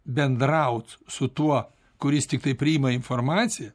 bendraut su tuo kuris tiktai priima informaciją